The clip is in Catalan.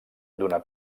d’una